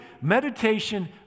Meditation